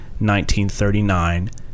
1939